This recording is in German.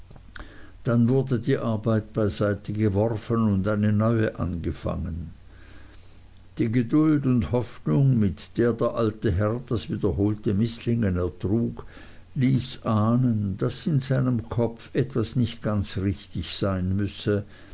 dann wurde die arbeit beiseite geworfen und eine neue angefangen die geduld und hoffnung mit der der alte herr das wiederholte mißlingen ertrug leise ahnen daß in seinem kopf etwas nicht ganz richtig sein müsse